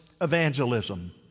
evangelism